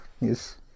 Yes